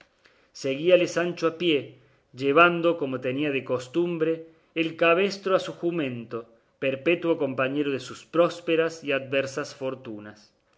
venía seguíale sancho a pie llevando como tenía de costumbre del cabestro a su jumento perpetuo compañero de sus prósperas y adversas fortunas